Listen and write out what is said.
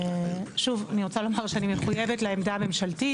שוב, אני רוצה לומר שאני מחויבת לעמדה הממשלתית.